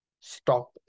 stop